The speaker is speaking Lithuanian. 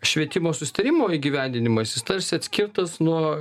švietimo susitarimo įgyvendinimas jis tarsi atskirtas nuo